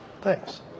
Thanks